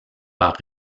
par